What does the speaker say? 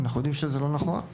אנחנו יודעים שזה לא נכון.